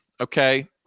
okay